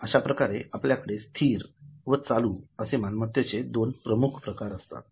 अश्याप्रकारे आपल्याकडे स्थिर व चालू असे मालमत्तेचे दोन प्रमुखप्रकार असतात